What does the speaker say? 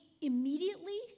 immediately